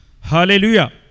Hallelujah